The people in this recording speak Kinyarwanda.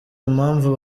impamvu